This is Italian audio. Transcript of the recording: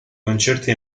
concerti